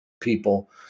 people